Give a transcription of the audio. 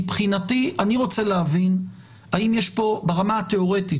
מבחינתי אני רוצה להבין האם יש פה ברמה התיאורטית,